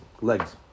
legs